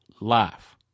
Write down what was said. life